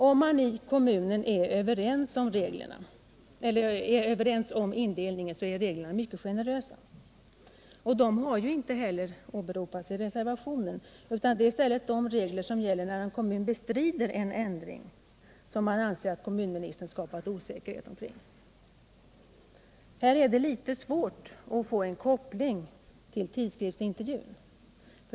Om man i kommunen är överens om indelningen, är reglerna mycket generösa, och dessa har inte heller åberopats i reservationen. Det är i stället de regler som gäller när en kommun bestrider en ändring som man anser att kommunministern skapat osäkerhet omkring. Här är det svårt att få en koppling till tidskriftsintervjun.